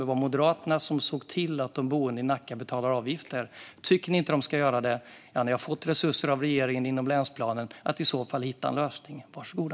Det är Moderaterna som sett till att de boende i Nacka betalar avgifter. Tycker ni inte att de ska göra det kan ni hitta en lösning i och med att ni har fått resurser av regeringen inom länsplanen. Var så goda!